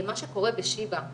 מה שקורה בשיבא,